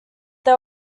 they